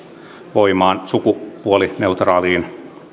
voimaan sukupuolineutraaliin